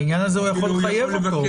בעניין הזה הוא יכול לחייב אותו.